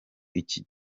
iki